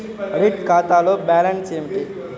Audit ఖాతాలో balance ఏమిటీ?